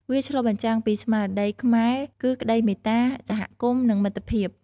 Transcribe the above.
វាឆ្លុះបញ្ចាំងពីស្មារតីខ្មែរគឺក្តីមេត្តា សហគមន៍ និងមិត្តភាព។